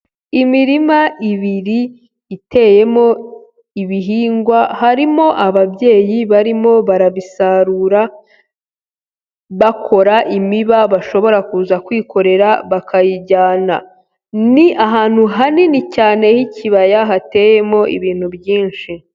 Imirima ibiri iteyemo ibihingwa harimo ababyeyi barimo barabisarura bakora imiba bashobora kuza kwikorera bakayijyana, ni ahantu hanini cyane h'ikibaya hateyemo ibintu byinshi.